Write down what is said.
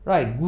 Right